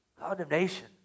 condemnation